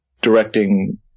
directing